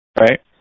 Right